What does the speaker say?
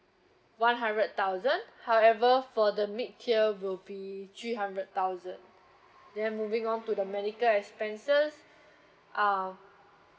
one hundred thousand however for the mid tier will be three hundred thousand then moving on to the medical expenses uh